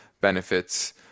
benefits